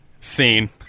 Scene